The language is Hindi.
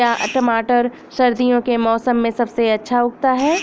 क्या टमाटर सर्दियों के मौसम में सबसे अच्छा उगता है?